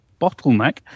bottleneck